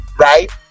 right